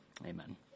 Amen